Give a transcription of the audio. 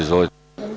Izvolite.